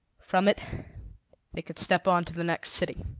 from it they could step on to the next city.